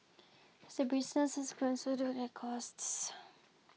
say businesses grown so too their costs